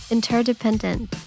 Interdependent